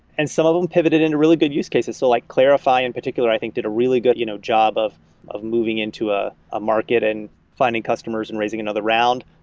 and some of them pivoted into really good use cases. so like clarify, in particular, i think did a really good you know job of of moving into ah a market and finding customers and raising another round.